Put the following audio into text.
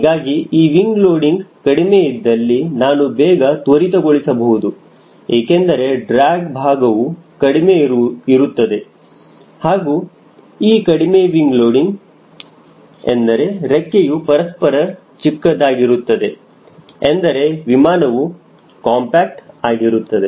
ಹೀಗಾಗಿ ಈ wing loading ಕಡಿಮೆ ಇದ್ದಲ್ಲಿ ನಾನು ಬೇಗ ತ್ವರಿತಗೊಳಿಸಬಹುದು ಏಕೆಂದರೆ ಡ್ರ್ಯಾಗ್ ಭಾಗವು ಕಡಿಮೆ ಇರುತ್ತದೆ ಹಾಗೂ ಈ ಕಡಿಮೆ ವಿಂಗ ಲೋಡಿಂಗ್ ಎಂದರೆ ರೆಕ್ಕೆಯು ಪರಸ್ಪರ ಚಿಕ್ಕದಾಗಿರುತ್ತದೆ ಎಂದರೆ ವಿಮಾನವು ಕಾಂಪ್ಯಾಕ್ಟ್ ಆಗಿರುತ್ತದೆ